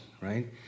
right